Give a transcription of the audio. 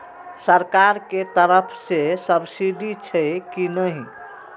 सरकार के तरफ से सब्सीडी छै कि नहिं?